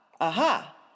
aha